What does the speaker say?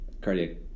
cardiac